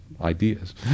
ideas